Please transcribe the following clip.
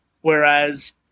whereas